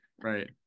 Right